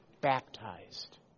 Baptized